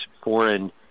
foreign